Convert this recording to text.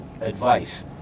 advice